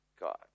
God